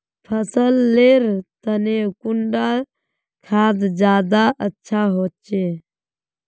फसल लेर तने कुंडा खाद ज्यादा अच्छा होचे?